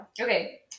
Okay